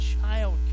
child